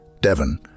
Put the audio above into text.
Devon